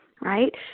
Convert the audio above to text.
right